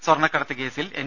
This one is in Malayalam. സ്വർണക്കടത്ത് കേസിൽ എൻ